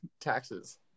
taxes